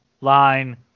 Line